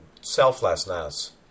selflessness